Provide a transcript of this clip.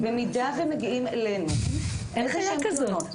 במידה ומגיעים אלינו --- אין חיה כזאת.